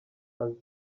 azi